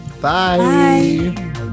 Bye